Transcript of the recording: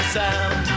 sound